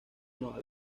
nueva